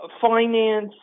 finance